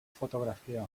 fotografia